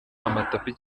amatapi